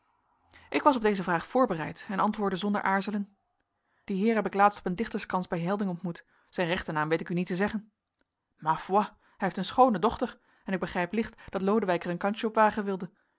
ik was op deze vraag voorbereid en antwoordde zonder aarzelen dien heer heb ik laatst op een dichterskrans bij helding ontmoet zijn rechten naam weet ik u niet te zeggen ma foi hij heeft een schoone dochter en ik begrijp licht dat lodewijk er een kansje op wagen wilde